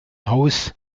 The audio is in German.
haus